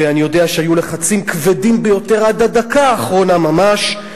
ואני יודע שהיו לחצים כבדים ביותר עד הדקה האחרונה ממש.